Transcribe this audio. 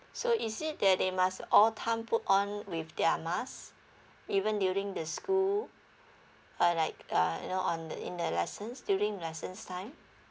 so is it that they must all time put on with their mask even during the school uh like uh you know on the in the lessons during lessons time